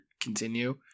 continue